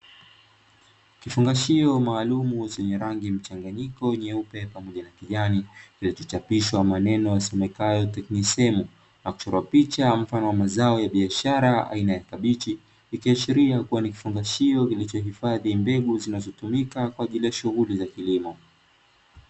Kifungashio maalumu chenye rangi mchanganyiko nyeupe pamoja na kijani kilichochapishwa maneno yasemekana ''technisem'' iliyochorwa picha mfano wa mazao ya biashara aina ya kabichi ikiashiria kuwa ni kufungashio kilichohifadhi mbegu zinazotumika kwa ajili ya shughuli za kilimo.